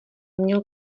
měl